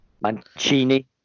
Mancini